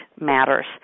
Matters